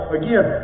again